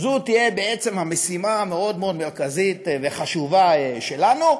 זו תהיה בעצם המשימה המאוד-מאוד מרכזית וחשובה שלנו,